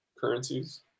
currencies